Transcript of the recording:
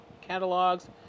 catalogs